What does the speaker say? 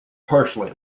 partially